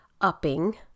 upping